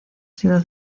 sido